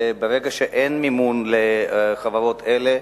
וברגע שאין מימון לחברות אלה,